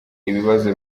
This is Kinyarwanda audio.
ibibazo